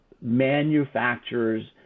manufacturers